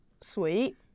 sweet